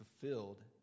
fulfilled